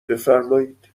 بفرمایید